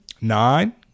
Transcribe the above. Nine